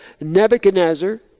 Nebuchadnezzar